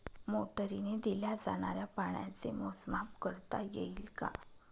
मोटरीने दिल्या जाणाऱ्या पाण्याचे मोजमाप करता येईल का?